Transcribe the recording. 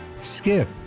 Skip